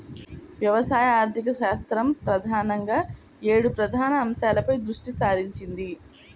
వ్యవసాయ ఆర్థికశాస్త్రం ప్రధానంగా ఏడు ప్రధాన అంశాలపై దృష్టి సారించింది